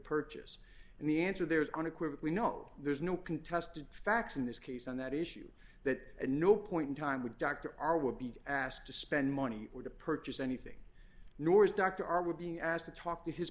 purchase and the answer there is unequivocally no there's no contest of facts in this case on that issue that at no point in time with doctors are will be asked to spend money or to purchase anything nor is doctor are we being asked to talk to his